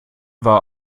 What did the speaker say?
war